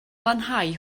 lanhau